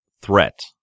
threat